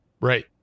Right